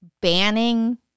banning